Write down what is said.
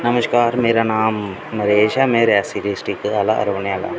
नमस्कार मेरा नां नरेश ऐ में रियासी डिस्ट्रिक दा रौह्ने आह्लां